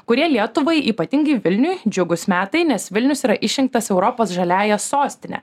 kurie lietuvai ypatingai vilniui džiugūs metai nes vilnius yra išrinktas europos žaliąja sostine